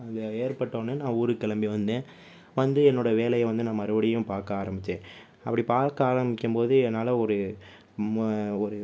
அந்த ஏற்பட்டவொன்னே நான் ஊருக்கு கிளம்பி வந்தேன் வந்து என்னோடய வேலையை வந்து நான் மறுபடியும் பார்க்க ஆரம்பித்தேன் அப்படி பார்க்க ஆரம்பிக்கும் போது என்னால் ஒரு ம ஒரு